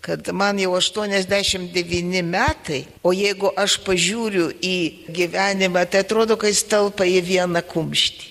kad man jau aštuoniasdešimt devyni metai o jeigu aš pažiūriu į gyvenimą tai atrodo kad jis telpa į vieną kumštį